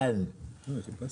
תבנו